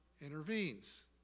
intervenes